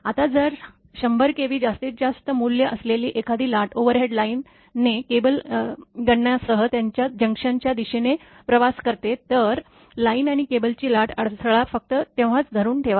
आता जर 100 kV जास्तीत जास्त मूल्य असलेली एखादी लाट ओव्हरहेड लाईनने केबल गणनासह त्याच्या जंक्शनच्या दिशेने प्रवास करते तर लाइन आणि केबलची लाट अडथळा फक्त तेव्हाच धरून ठेवा